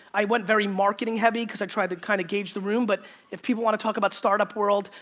i went very marketing heavy because i try to kind of gauge the room, but if people want to talk about startup world,